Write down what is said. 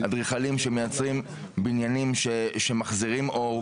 אדריכלים שמייצרים בניינים שמחזירים אור,